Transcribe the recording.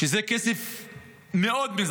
זה כסף מזערי,